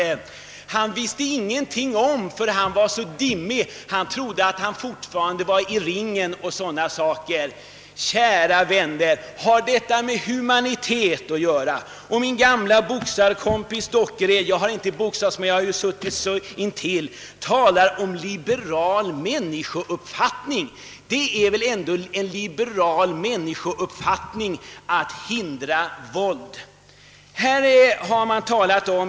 Eller det har stått: »Han visste ingenting om matchen eftersom han var så dimmig, han trodde att han fortfarande var i ringen.» Kära vänner! Har detta med humanitet att göra? Min gamle boxarvän Dockered — jag har själv inte boxats men jag har som sagt ofta suttit invid ringen — talar om liberal människouppfattning. Det är väl ändå en liberal människouppfattning att hindra våld.